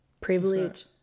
privilege